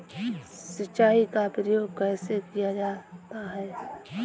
सिंचाई का प्रयोग कैसे किया जाता है?